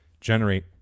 generate